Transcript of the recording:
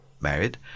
married